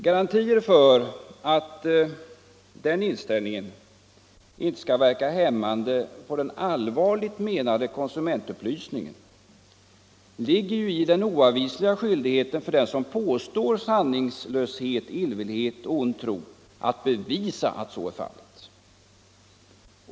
Garantier för att denna inställning inte skall verka hämmande på den allvarligt menade konsumentupplysningen ligger i den oavvisliga skyldigheten för den som påstår sanningslöshet, illvillighet och ond tro att bevisa att så är fallet.